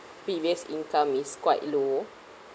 previous income is quite low